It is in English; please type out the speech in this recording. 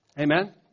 Amen